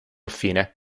affine